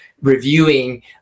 reviewing